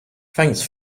thanks